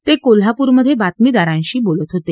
ते कोल्हापूरमधे बातमीदारांशी बोलत होते